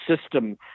system